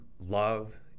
love